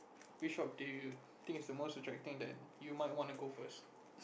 which shops do you think is the most attracting that you might wanna go first